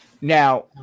Now